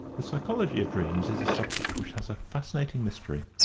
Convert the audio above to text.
the psychology of dreams is a subject which has a fascinating mystery,